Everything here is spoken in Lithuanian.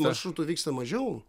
maršrutų vyksta mažiau